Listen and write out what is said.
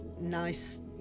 nice